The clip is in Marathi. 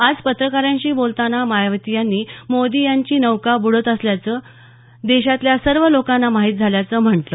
आज पत्रकारांशी बोलताना मायावती यांनी मोदी यांची नौका ब्रडत असल्याचं देशातल्या सर्व लोकांना माहिती झाल्याचं म्हटलं